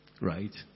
Right